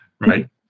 Right